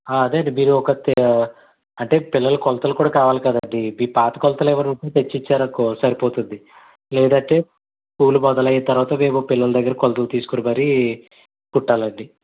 అదేనండి మీరు ఒక తే అంటే పిల్లల కొలతలు కూడా కావాలి కదండి మీ పాత కొలతలు ఏమైనా ఉంటే తెచ్చి ఇచ్చారనుకో సరిపోతుంది లేదంటే స్కూల్ మొదలైన తరువాత మేము పిల్లల దగ్గర కొలతలు తీసుకుని మరీ కుట్టాలండి